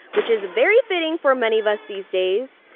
which is very fitting for many of us these days.